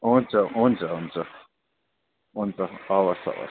हुन्छ हुन्छ हुन्छ हुन्छ हवस् हवस्